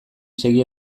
segi